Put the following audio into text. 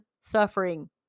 suffering